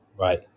right